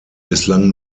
bislang